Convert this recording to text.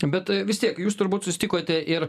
bet vis tiek jūs turbūt susitikote ir